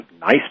nice